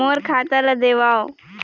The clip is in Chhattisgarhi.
मोर खाता ला देवाव?